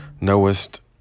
Knowest